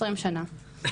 20 שנה, כן?